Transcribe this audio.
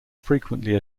frequently